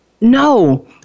No